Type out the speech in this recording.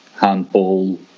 handball